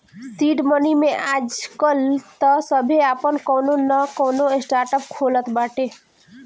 seed money में आजकाल तअ सभे आपन कवनो नअ कवनो स्टार्टअप खोलत बाटे